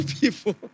people